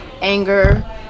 anger